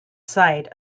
site